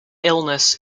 illness